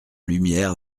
lumière